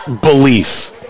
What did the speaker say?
belief